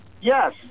Yes